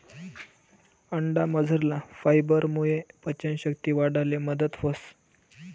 अंडामझरला फायबरमुये पचन शक्ती वाढाले मदत व्हस